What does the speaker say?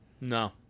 No